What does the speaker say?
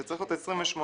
זה צריך להיות 28 ימים